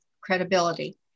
credibility